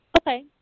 Okay